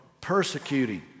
persecuting